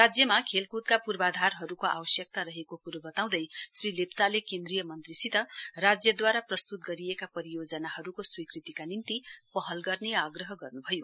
राज्यमा खेलकुदका पूर्वाधारहरूको आवश्यकता रहेको कुरो बताँउदै श्री लेप्चाले केन्द्रीय मन्त्रीसित राज्यद्वारा प्रस्तुत गरिएका परियोजनाहरूको स्वीकृतिका निम्ति पहल गर्ने आग्रह गर्नुभयो